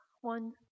one